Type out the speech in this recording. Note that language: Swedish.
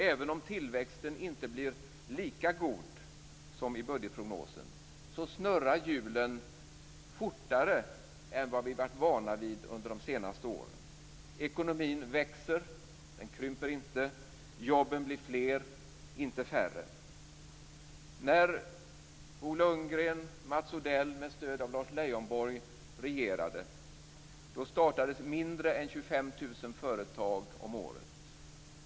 Även om tillväxten inte blir lika god som i budgetprognosen snurrar hjulen fortare än vad vi varit vana vid under de senaste åren. Det är tillväxt i ekonomin, den krymper inte, jobben blir fler, inte färre. När Bo Lundgren och Mats Odell med stöd av Lars Leijonborg regerade startades mindre än 25 000 företag om året.